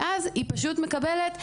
ואז היא פשוט מקבלת דמי אבטלה.